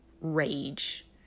rage